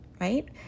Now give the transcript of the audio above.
right